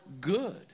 good